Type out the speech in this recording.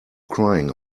crying